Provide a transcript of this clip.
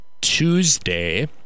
Tuesday